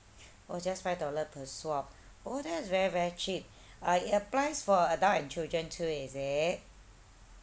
oh just five dollar per swab oh that's very very cheap uh it applies for adults and children too is it